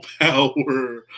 power